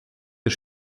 der